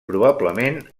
probablement